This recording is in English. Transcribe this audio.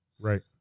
Right